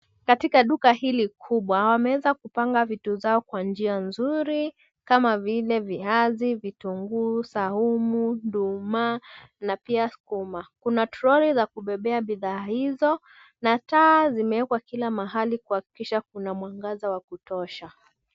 Katika duka hili kubwa wameweza kupanga vitu zao kwa njia nzuri kama vile viazi, vitunguu saumu, nduma na pia sukuma. Kuna troli za kubebea bidhaa hizo na taa zimewekwa kila mahali kuakikisha kuna mwangaza wa kutosha.